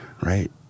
Right